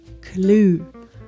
clue